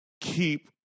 keep